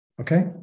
okay